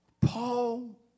Paul